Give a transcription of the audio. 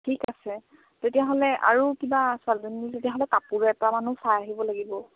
ঠিক আছে তেতিয়াহ'লে আৰু কিবা ছোৱালীজনীলৈ তেতিয়াহ'লে কাপোৰ কেইটামানো চাই আহিব লাগিব